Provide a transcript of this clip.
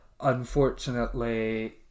unfortunately